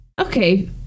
Okay